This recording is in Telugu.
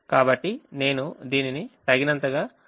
కాబట్టి నేను దీనిని తగినంతగా కదిలిస్తాను